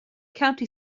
county